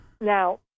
Now